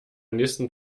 nächsten